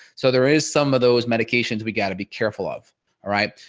so there is some of those medications we got to be careful of. all right.